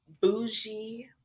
bougie